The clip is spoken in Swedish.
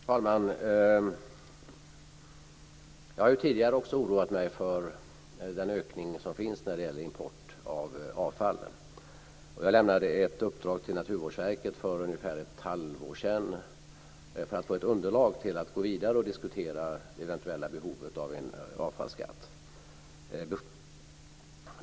Herr talman! Jag har tidigare också oroat mig för den ökning som finns av import av avfall. Jag lämnade ett uppdrag till Naturvårdsverket för ungefär ett halvår sedan för att få ett underlag till att gå vidare och diskutera det eventuella behovet av en avfallsskatt.